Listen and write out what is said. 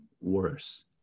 worse